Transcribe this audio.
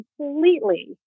completely